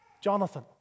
Jonathan